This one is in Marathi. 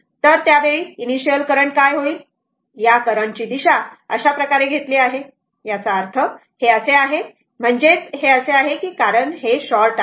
तर त्यावेळी इनिशिअल करंट काय होईल या करंट ची दिशा अशा प्रकारे घेतली आहे याचा अर्थ हे असे आहे म्हणजे हे असे आहे कारण हे शॉर्ट आहे